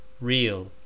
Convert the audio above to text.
real